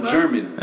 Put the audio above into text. German